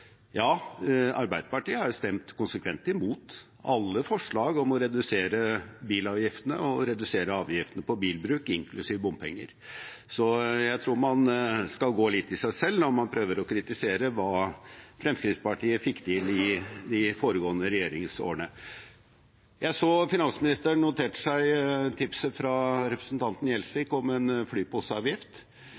Arbeiderpartiet har stemt konsekvent imot alle forslag om å redusere bilavgiftene og avgiftene på bilbruk, inklusive bompenger. Så jeg tror man skal gå litt i seg selv når man prøver å kritisere hva Fremskrittspartiet fikk til i de foregående regjeringsårene. Jeg så finansministeren noterte seg tipset fra representanten Gjelsvik om en